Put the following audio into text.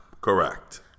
Correct